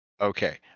Okay